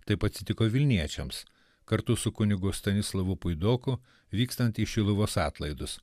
taip atsitiko vilniečiams kartu su kunigu stanislovu puidoku vykstant į šiluvos atlaidus